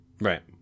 Right